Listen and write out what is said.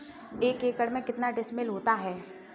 एक एकड़ में कितने डिसमिल होता है?